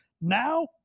Now